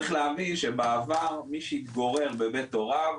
צריך להבין שבעבר מי שהתגורר בבית הוריו